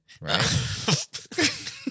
Right